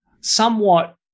somewhat